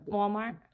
Walmart